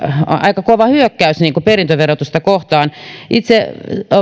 aika kova hyökkäys perintöverotusta kohtaan itse